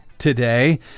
Today